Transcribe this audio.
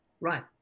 Right